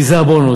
כי זה הבונוס.